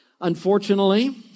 Unfortunately